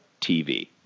TV